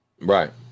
Right